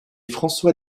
françois